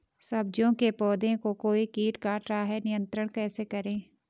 सब्जियों के पौधें को कोई कीट काट रहा है नियंत्रण कैसे करें?